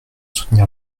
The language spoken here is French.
soutenir